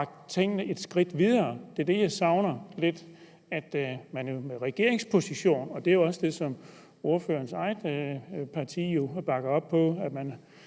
at få bragt tingene et skridt videre. Det er det, jeg savner lidt at man gør i en regeringsposition, og det er jo også det, som ordførerens eget parti bakker op,